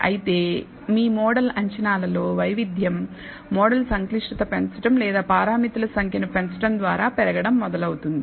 అయితే మీ మోడల్ అంచనాలలో వైవిధ్యం మోడల్ సంక్లిష్టత పెంచటం లేదా పారామితులు సంఖ్యను పెంచడం ద్వారా పెరగడం మొదలవుతుంది